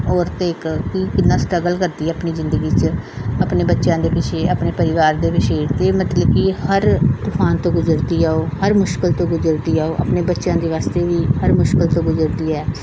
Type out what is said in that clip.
ਔਰਤ ਇੱਕ ਕਿ ਕਿੰਨਾ ਸਟਰਗਲ ਕਰਦੀ ਹੈ ਆਪਣੀ ਜ਼ਿੰਦਗੀ 'ਚ ਆਪਣੇ ਬੱਚਿਆਂ ਦੇ ਪਿੱਛੇ ਆਪਣੇ ਪਰਿਵਾਰ ਦੇ ਪਿੱਛੇ ਅਤੇ ਮਤਲਬ ਕਿ ਹਰ ਤੂਫਾਨ ਤੋਂ ਗੁਜ਼ਰਦੀ ਆ ਉਹ ਹਰ ਮੁਸ਼ਕਲ ਤੋਂ ਗੁਜ਼ਰਦੀ ਆ ਉਹ ਆਪਣੇ ਬੱਚਿਆਂ ਦੇ ਵਾਸਤੇ ਵੀ ਹਰ ਮੁਸ਼ਕਲ ਤੋਂ ਗੁਜ਼ਰਦੀ ਹੈ